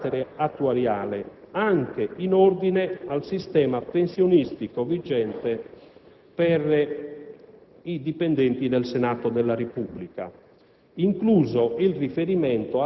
specifiche indagini di carattere attuariale anche in ordine al sistema pensionistico vigente per i dipendenti del Senato della Repubblica,